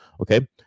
okay